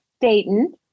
Dayton